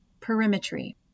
perimetry